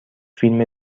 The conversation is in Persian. فیلم